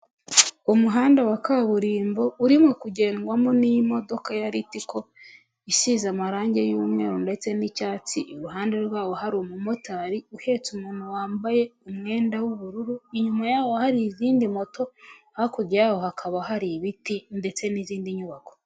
Umuhanda wa kaburimbo urimo kugendwamo n'iyi modoka ya litiko, isize amarangi y'umweru ndetse n'icyatsi, iruhande rwawo hari umumotari uhetse umuntu wambaye umwenda w'ubururu, inyuma ye hari izindi moto, hakurya yaho hakaba hari ibiti ndetse n'izindi nyubako.